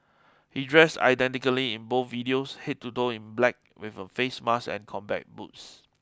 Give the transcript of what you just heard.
he dressed identically in both videos head to toe in black with a face mask and combat boots